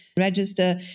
register